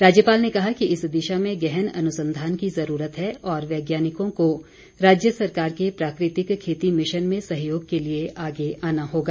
राज्यपाल ने कहा कि इस दिशा में गहन अनुसंधान की जरूरत है और वैज्ञानिकों को राज्य सरकार के प्राकृतिक खेती मिशन में सहयोग के लिए आगे आना होगा